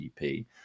GDP